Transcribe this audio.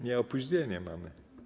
Nie, opóźnienie mamy.